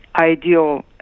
ideal